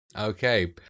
Okay